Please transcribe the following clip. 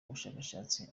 ubushakashatsi